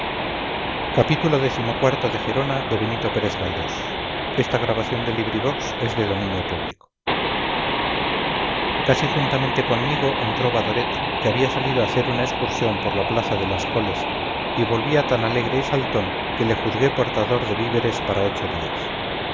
había recogido casi juntamente conmigo entró barodet que había salido a hacer una excursión por la plaza de las coles y volvía tan alegre y saltón que le juzgué portador de víveres para ocho días